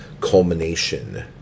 culmination